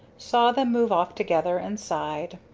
saw them move off together, and sighed.